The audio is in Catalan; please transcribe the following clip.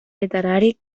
literari